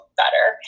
better